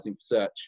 search